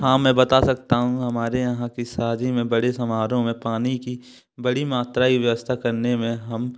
हाँ मैं बता सकता हूँ हमारे यहाँ की शादी में बड़े समारोह में पानी की बड़ी मात्रा व्यवस्था करने में हम